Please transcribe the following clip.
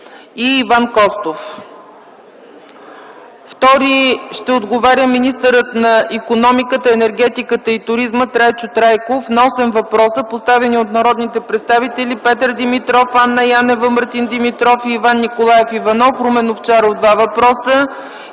и Иван Костов. 2. Министърът на икономиката, енергетиката и туризма Трайчо Трайков ще отговори на осем въпроса, поставени от народните представители: Петър Димитров, Анна Янева, Мартин Димитров и Иван Николаев Иванов, Румен Овчаров – два въпроса,